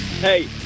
Hey